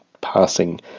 passing